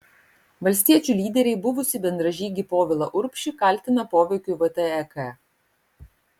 valstiečių lyderiai buvusį bendražygį povilą urbšį kaltina poveikiu vtek